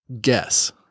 guess